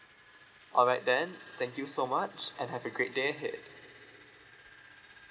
all right then thank you so much and have a great day ahead